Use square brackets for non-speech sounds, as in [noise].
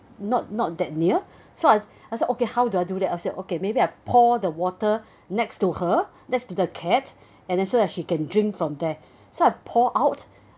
not not that near [breath] so I I say okay how do I do that I was like okay maybe I pour the water [breath] next to her next to the cat [breath] and then so then she can drink from there [breath] so I poured out